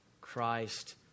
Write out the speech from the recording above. Christ